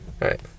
right